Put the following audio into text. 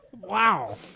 Wow